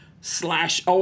slash